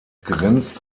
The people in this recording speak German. grenzt